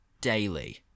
daily